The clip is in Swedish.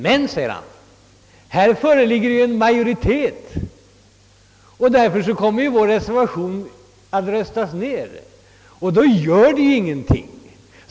Men, fortsatte han: »Här föreligger ju en majoritet, som kommer att rösta ned vår reservation. Därför gör det ingenting.